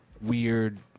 weird